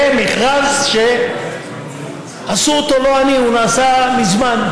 במכרז שעשו אותו, לא אני, הוא נעשה מזמן.